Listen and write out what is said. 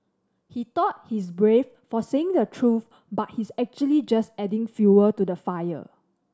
he thought he's brave for saying the truth but he's actually just adding fuel to the fire